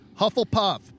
Hufflepuff